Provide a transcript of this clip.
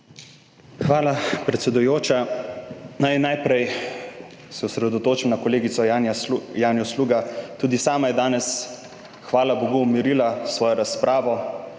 (nadaljevanje) Naj najprej se osredotočim na kolegico Janjo Sluga. Tudi sama je danes, hvala bogu, umirila svojo razpravo,